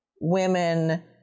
women